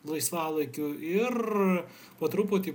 laisvalaikiu ir po truputį